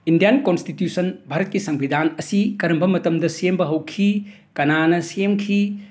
Indian constitution ꯚꯥꯔꯠꯀꯤ ꯁꯪꯕꯤꯙꯥꯟ ꯑꯁꯤ ꯀꯔꯝꯕ ꯃꯇꯝꯗ ꯁꯦꯝꯕ ꯍꯧꯈꯤ ꯀꯅꯥꯅ ꯁꯦꯝꯈꯤ